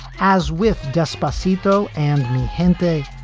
as with despacito and mewhen pay,